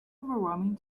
overwhelming